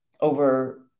over